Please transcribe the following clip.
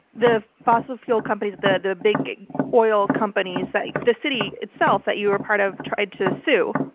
the fossil fuel companies, the the big oil companies that the city itself that you are part of tried to sue.